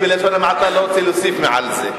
אני לא רוצה להוסיף יותר מזה,